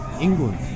England